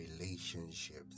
relationships